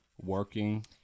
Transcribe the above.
working